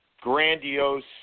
grandiose